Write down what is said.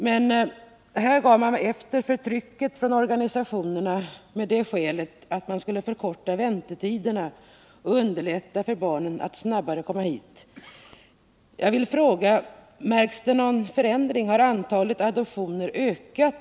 Men man gav efter för trycket från organisationerna, med motiveringen att man skulle förkorta väntetiderna och underlätta för barnen att snabbare komma hit. väntetiderna förkortats?